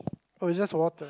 oh it's just water